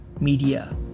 media